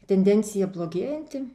tendencija blogėjanti